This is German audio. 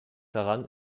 daran